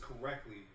correctly